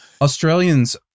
Australians